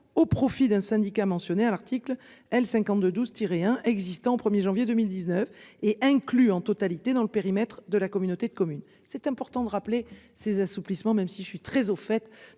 au profit d'un syndicat mentionnés à l'article L. 52 12 tirer hein existant au 1er janvier 2019 et inclut en totalité dans le périmètre de la communauté de commune. C'est important de rappeler ces assouplissements même si je suis très au fait